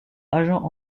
agents